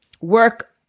work